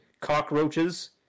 cockroaches